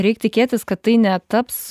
reik tikėtis kad tai netaps